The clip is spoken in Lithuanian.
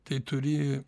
tai turi